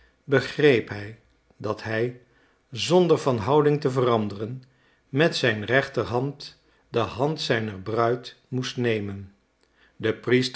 begreep hij dat hij zonder van houding te veranderen met zijn rechterhand de hand zijner bruid moest nemen de